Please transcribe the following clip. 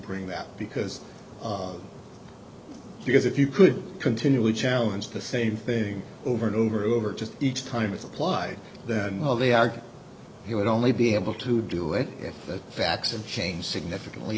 bring that because because if you could continually challenge the same thing over and over over to each time it's applied then they argue he would only be able to do it if the facts and change significantly